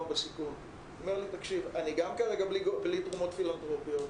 בסיכון: כרגע אני גם בלי תרומות פילנטרופיות,